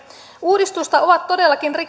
uudistusta ovat todellakin